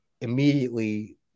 immediately